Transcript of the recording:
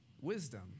Wisdom